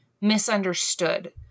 misunderstood